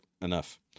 enough